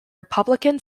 republican